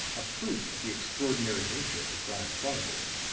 a proof of the extraordinary nature of the crime chronicled.